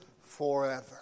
forever